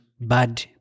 bad